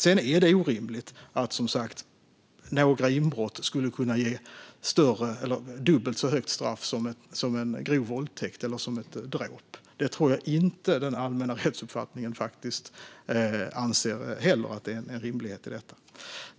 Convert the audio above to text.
Sedan är det orimligt att några inbrott kan ge dubbelt så långt straff som en grov våldtäkt eller ett dråp. Detta tror jag inte är rimligt enligt den allmänna rättsuppfattningen.